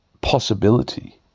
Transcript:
possibility